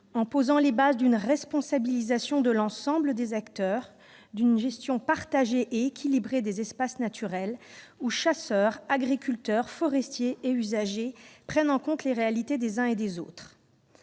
en posant les fondements d'une responsabilisation de l'ensemble des acteurs et d'une gestion partagée et équilibrée des espaces naturels, où chasseurs, agriculteurs, forestiers et usagers prendront en compte les réalités des uns et des autres.